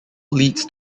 leads